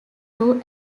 two